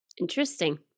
Interesting